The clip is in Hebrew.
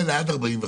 בגילאים האלה עד 45,